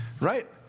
right